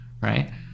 right